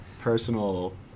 personal